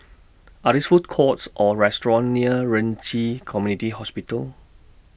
Are These Food Courts Or restaurants near Ren Ci Community Hospital